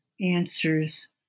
answers